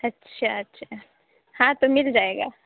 اچھا اچھا ہاں تو مل جائے گا